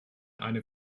eine